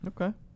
Okay